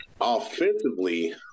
Offensively